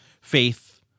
faith